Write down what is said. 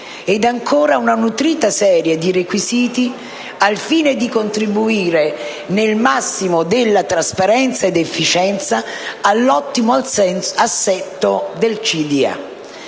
inoltre una nutrita serie di requisiti al fine di contribuire nel massimo della trasparenza ed efficienza all'ottimo assetto del